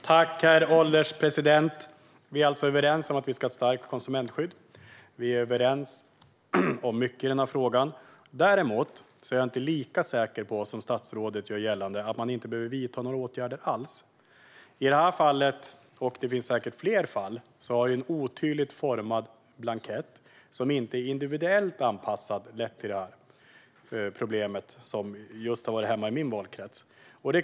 Herr ålderspresident! Vi är alltså överens om att det ska finnas ett starkt konsumentskydd. Vi är överens om mycket i frågan. Däremot är jag inte lika säker, som statsrådet gör gällande, att man inte behöver vidta några åtgärder alls. I det här fallet - och det finns säkert fler fall - har en otydligt utformad blankett, som inte är individuellt anpassad, lett till problemet i min valkrets.